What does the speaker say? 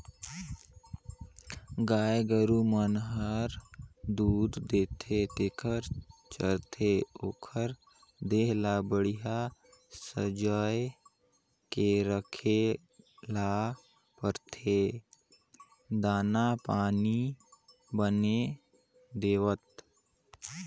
गाय गोरु मन हर दूद देथे तेखर चलते ओखर देह ल बड़िहा संजोए के राखे ल परथे दाना पानी बने देवत